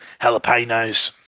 jalapenos